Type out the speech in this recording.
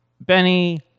Benny